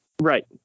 Right